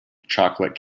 chocolate